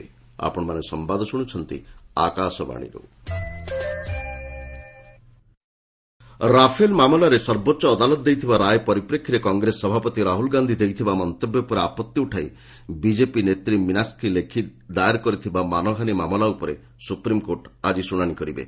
SC Rahul Rafale ମାମଲାରେ ସର୍ବୋଚ୍ଚ ଆଦାଲତ ଦେଇଥିବା ରାୟ ପରିପ୍ରେକ୍ଷୀରେ କଂଗ୍ରେସ ସଭାପତି ରାହୁଲ ଗାନ୍ଧି ଦେଇଥିବା ମନ୍ତବ୍ୟ ଉପରେ ଆପଭି ଉଠାଇ ବିଜେପି ନେତ୍ରୀ ମିନାକ୍ଷୀ ଲେଖି ଦାୟର କରିଥିବା ମାନହାନୀ ମାମଲା ଉପରେ ସୁପ୍ରମିକୋର୍ଟ ଆଜି ଶୁଣାଣି କରିବେ